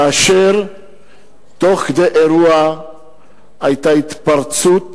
כאשר תוך כדי אירוע היתה התפרצות